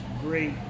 great